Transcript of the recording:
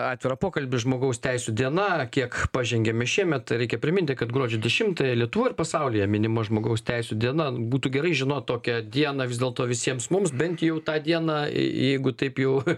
atvirą pokalbį žmogaus teisių diena kiek pažengėme šiemet reikia priminti kad gruodžio dešimtąją lietuvoj ir pasaulyje minima žmogaus teisių diena n būtų gerai žinot tokią dieną vis dėlto visiems mums bent jau tą dieną j jeigu taip jau